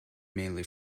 mainly